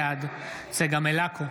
בעד צגה מלקו,